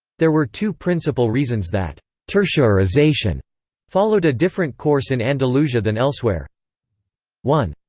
there were two principal reasons that tertiarization followed a different course in andalusia than elsewhere one.